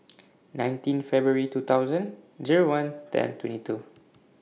nineteen February two thousand Zero one ten twenty two